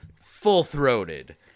full-throated